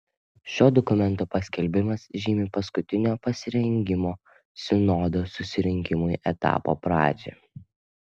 šio dokumento paskelbimas žymi paskutinio pasirengimo sinodo susirinkimui etapo pradžią